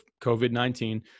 COVID-19